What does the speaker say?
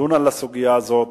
לדון בסוגיה הזאת,